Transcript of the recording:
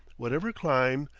whatever clime,